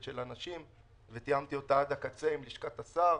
אנשים ותיאמתי אותה עד הקצה עם לשכת השר,